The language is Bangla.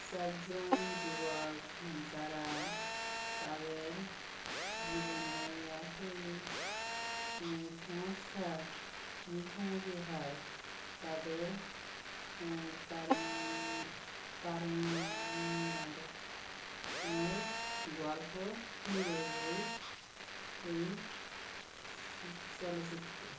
চাজ্জন যুবক যারা তাদের জীবনে একই সমস্যার মুখোমুখি হয় তাদের তারুণ তারণাণের এর গল্প নিয়ে এই এই চলচ্চিত্র